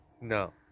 No